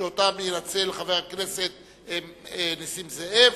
שאותן ינצל חבר הכנסת נסים זאב.